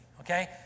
Okay